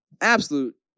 Absolute